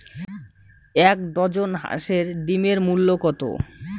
এক ডজন হাঁসের ডিমের মূল্য কত?